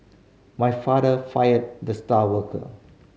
my father fired the star worker